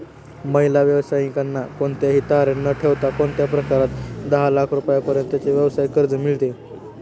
महिला व्यावसायिकांना कोणतेही तारण न ठेवता कोणत्या प्रकारात दहा लाख रुपयांपर्यंतचे व्यवसाय कर्ज मिळतो?